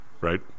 Right